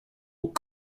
aux